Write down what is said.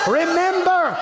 remember